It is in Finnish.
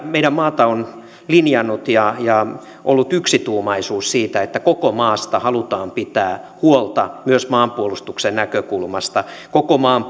meidän maassamme on linjattu ja on ollut yksituumaisuus siitä että koko maasta halutaan pitää huolta myös maanpuolustuksen näkökulmasta koko maan